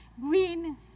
green